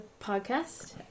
podcast